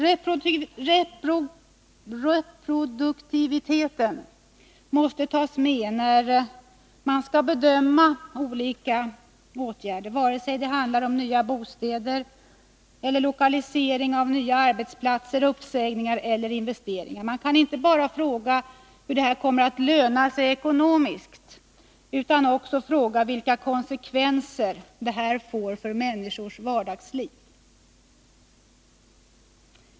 Reproduktiviteten måste tas med när olika åtgärder skall bedömas, vare sig det handlar om nya bostäder eller lokalisering av nya arbetsplatser, uppsägningar eller investeringar. Man kan inte bara fråga hur åtgärderna kommer att löna sig ekonomiskt, utan man måste också fråga vilka konsekvenser de får för människors vardagsliv.